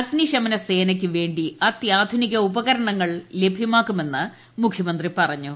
അഗ്നിശമന സേനയ്ക്ക് വേണ്ടി അത്യാധുനിക ഉപകരണങ്ങൾ ലഭ്യമാക്കുമെന്ന് മുഖ്യമന്ത്രി പറഞ്ഞു